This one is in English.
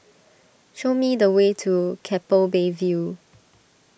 show me the way to Keppel Bay View